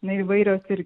na įvairios ir